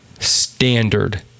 standard